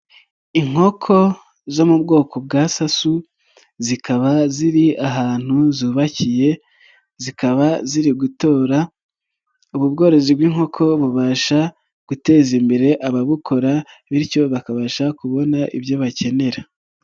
Inkoko zo mu bwoko bwa sasu zikaba ziri ahantu zubakiye zikaba ziri gutora, ubu bworozi bw'inkoko bubasha guteza imbere ababukora bityo bakabasha kubona ibyo bakenera.